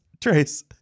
Trace